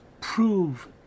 prove